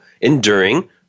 enduring